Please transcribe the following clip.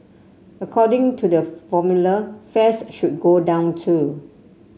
according to the formula fares should go down too